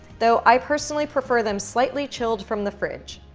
though i personally prefer them slightly chilled from the fridge.